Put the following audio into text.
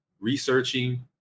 researching